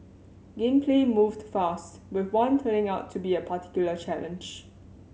game play moved fast with one turning out to be a particular challenge